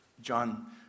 John